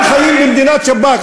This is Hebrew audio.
אתם חיים במדינת שב"כ,